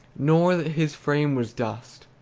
nor that his frame was dust.